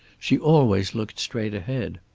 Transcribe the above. she always looked straight ahead.